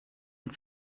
und